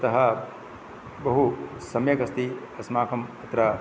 अतः बहु सम्यक् अस्ति अस्मकं तत्र